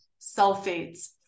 sulfates